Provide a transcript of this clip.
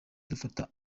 dufata